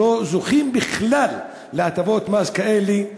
שלא זוכים בכלל להטבות מס כאלה.